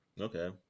Okay